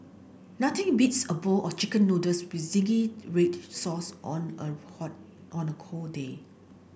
nothing beats a bowl of chicken noodles with zingy red sauce on a hot on a cold day